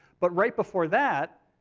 but right before that,